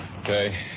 Okay